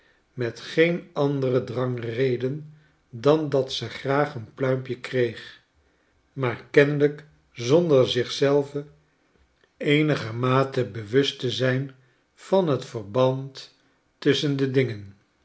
met geen andere drangredenen dan dat ze graag een pluimpje kreeg maar kennelijk zonder zich zelvo eenigermate bewust te zijn van t verband tusschen de dingen